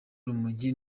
urumogi